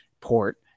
Port